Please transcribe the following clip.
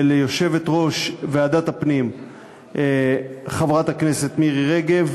וליושבת-ראש ועדת הפנים חברת הכנסת מירי רגב,